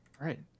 right